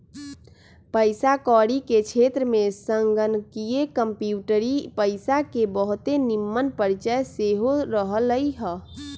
पइसा कौरी के क्षेत्र में संगणकीय कंप्यूटरी पइसा के बहुते निम्मन परिचय सेहो रहलइ ह